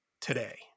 today